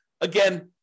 Again